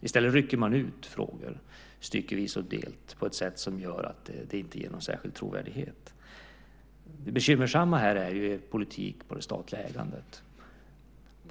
I stället rycker man ut frågor styckevis och delt på ett icke trovärdigt sätt. Det bekymmersamma är politik på det statliga ägandet.